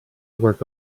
work